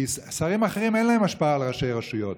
כי שרים אחרים, אין להם השפעה על ראשי רשויות,